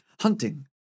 hunting